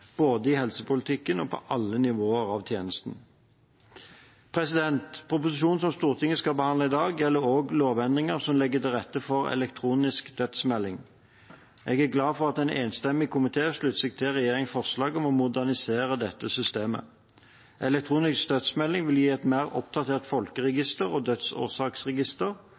både i helsepolitikken og på alle nivåer i tjenesten. Proposisjonen som Stortinget skal behandle i dag, gjelder også lovendringer som legger til rette for elektronisk dødsmelding. Jeg er glad for at en enstemmig komité slutter seg til regjeringens forslag om å modernisere dette systemet. Elektronisk dødsmelding vil gi et mer oppdatert folkeregister og dødsårsaksregister.